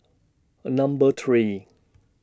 Number three